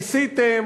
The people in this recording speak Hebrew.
ניסיתם,